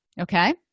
okay